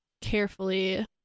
carefully